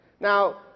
Now